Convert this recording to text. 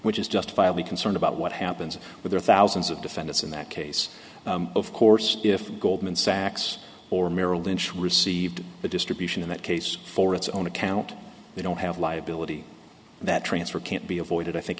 which is justifiably concerned about what happens with the thousands of defendants in that case of course if goldman sachs or merrill lynch received the distribution in that case for its own account they don't have liability that transfer can't be avoided i think